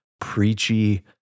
preachy